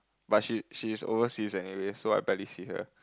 but she she is overseas anyways so I barely see her